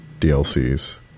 DLCs